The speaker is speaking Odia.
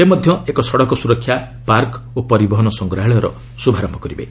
ସେ ମଧ୍ୟ ଏକ ସଡକ ସୁରକ୍ଷା ପାର୍କ ଓ ପରିବହନ ସଂଗ୍ରହାଳୟର ଶୁଭାରମ୍ଭ କରିବେ